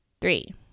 Three